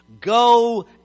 Go